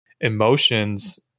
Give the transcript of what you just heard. emotions